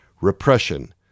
repression